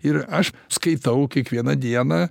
ir aš skaitau kiekvieną dieną